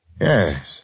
Yes